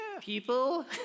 People